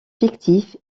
fictif